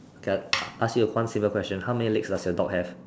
okay I ask you one simple question how many legs does your dog have